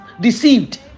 deceived